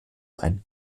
ein